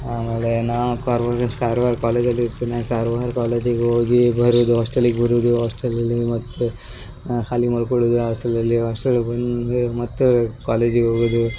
ಆಮೇಲೆ ನಾವು ಕಾರ್ವಾರ ಕಾರ್ವಾರ ಕಾಲೇಜಲ್ಲಿ ದಿನ ಕಾರ್ವಾರ ಕಾಲೇಜಿಗೆ ಹೋಗಿ ಬರೋದು ಹಾಸ್ಟೆಲಿಗೆ ಬರೋದು ಹಾಸ್ಟೆಲಲ್ಲಿ ಮತ್ತು ಅಲ್ಲಿ ಮಲ್ಕೊಳೋದು ಹಾಸ್ಟೆಲಲ್ಲಿ ಹಾಸ್ಟೆಲಿಗೆ ಬಂದು ಮತ್ತೆ ಕಾಲೇಜಿಗೆ ಹೋಗೋದು